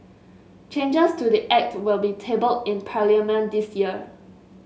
changes to the act will be tabled in parliament this year